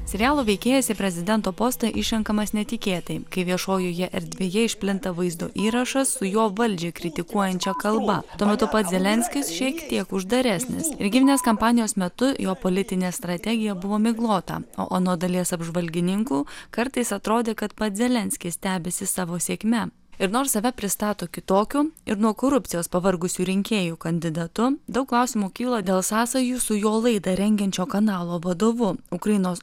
serialo veikėjas į prezidento postą išrenkamas netikėtai kai viešojoje erdvėje išplinta vaizdo įrašas su jo valdžią kritikuojančia kalba tuo metu pats zelenskis šiek tiek uždaresnis rinkiminės kampanijos metu jo politinė strategija buvo miglota o anot dalies apžvalgininkų kartais atrodė kad pats zelenskis stebisi savo sėkme ir nors save pristato kitokiu ir nuo korupcijos pavargusių rinkėjų kandidatu daug klausimų kyla dėl sąsajų su jo laidą rengiančio kanalo vadovu ukrainos